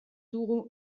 dugu